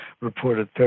reported